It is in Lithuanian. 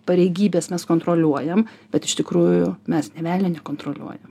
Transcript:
pareigybes mes kontroliuojam bet iš tikrųjų mes nė velnio nekontroliuojam